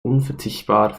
unverzichtbar